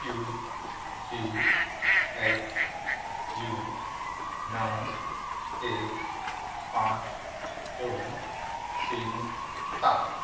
Q G X U णव एक पांच दोन तीन सात